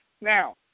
Now